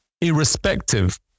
irrespective